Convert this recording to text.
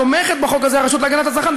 תומכת בחוק הזה הרשות להגנת הצרכן,